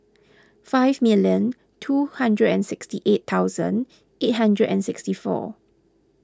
five million two hundred and sixty eight thousand eight hundred and sixty four